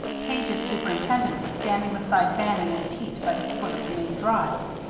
page's superintendent was standing beside bannon and pete by the foot of the main drive.